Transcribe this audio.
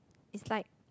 it's like